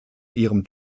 ihrem